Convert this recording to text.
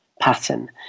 pattern